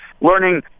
learning